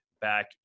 back